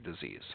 disease